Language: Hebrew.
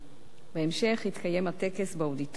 בהמשך התקיים הטקס באודיטוריום.